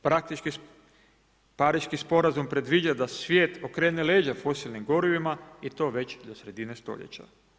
Praktički Pariški sporazum predviđa da svijet pokrene leđa fosilnim gorivima i to već do sredine stoljeća.